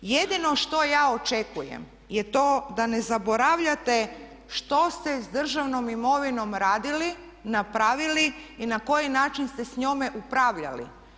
Jedino što ja očekujem je to da ne zaboravljate što ste s državnom imovinom radili, napravili i na koji način ste s njome upravljali.